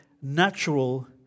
natural